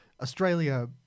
Australia